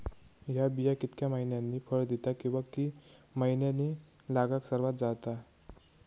हया बिया कितक्या मैन्यानी फळ दिता कीवा की मैन्यानी लागाक सर्वात जाता?